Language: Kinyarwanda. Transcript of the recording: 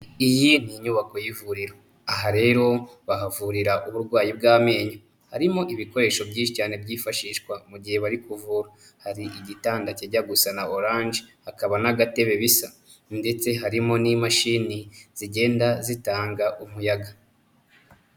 Iyi ni inyubako y'ivuriro, aha rero bahavurira uburwayi bw'amenyo, harimo ibikoresho byinshi cyane byifashishwa, mu gihe bari kuvura, hari igitanda kijya gusa na oranje, hakaba n'agatebe bisa, ndetse harimo n'imashini zigenda zitanga umuyaga.